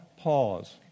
pause